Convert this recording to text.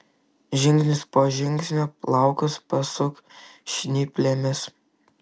žingsnis po žingsnio plaukus pasuk žnyplėmis